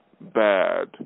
bad